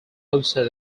outside